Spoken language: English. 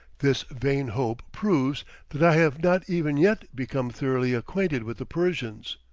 this vain hope proves that i have not even yet become thoroughly acquainted with the persians.